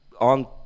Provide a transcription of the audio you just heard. on